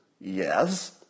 Yes